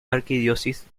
arquidiócesis